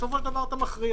בסופו של דבר אתה מכריע.